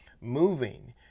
moving